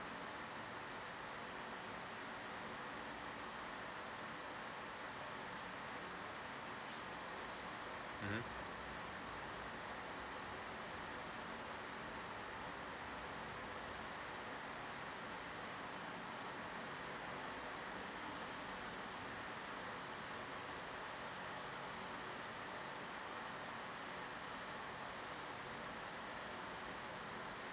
mmhmm